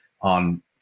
on